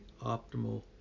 optimal